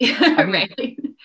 right